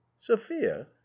sophia